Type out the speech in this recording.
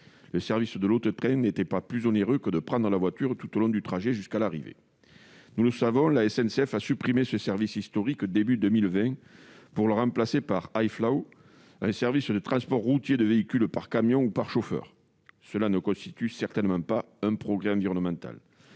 Le service de l'auto-train n'était pas plus onéreux que de prendre dans la voiture tout au long du trajet jusqu'à l'arrivée. Nous le savons, la SNCF a supprimé ce service historique au début de 2020 pour le remplacer par Hiflow, un service de transport routier de véhicules par camion ou par chauffeur. Cela ne constitue certainement pas un progrès environnemental.